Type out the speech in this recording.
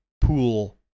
Pool